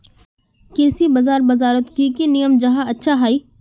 कृषि बाजार बजारोत की की नियम जाहा अच्छा हाई?